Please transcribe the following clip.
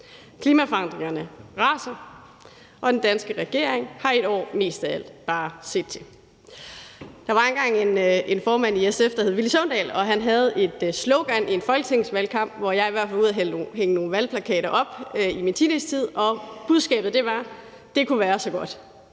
Klimaforandringerne raser, og den danske regering har i år mest af alt bare set til. Der var engang en formand i SF, der hed Villy Søvndal, og han havde et slogan i en folketingsvalgkamp, hvor jeg i hvert fald var ude at hænge valgplakater op i min teenagetid, og budskabet var: »Det kunne være så godt«.